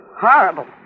horrible